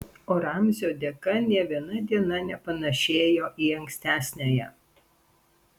o ramzio dėka nė viena diena nepanašėjo į ankstesniąją